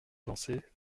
avançait